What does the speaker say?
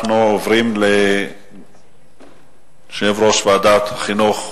אנחנו עוברים ליושב-ראש ועדת החינוך,